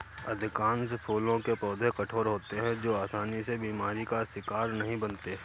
अधिकांश फूलों के पौधे कठोर होते हैं जो आसानी से बीमारी का शिकार नहीं बनते